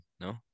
No